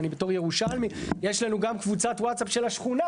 אני בתור ירושלמי יש לנו גם קבוצת ווטסאפ של השכונה,